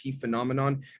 phenomenon